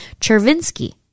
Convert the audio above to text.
Chervinsky